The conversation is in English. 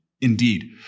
Indeed